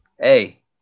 hey